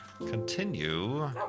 Continue